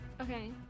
Okay